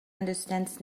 understands